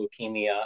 leukemia